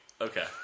Okay